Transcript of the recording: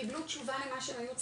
קיבלו תשובה למה שהם היו צריכים,